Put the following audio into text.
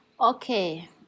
Okay